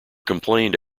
complained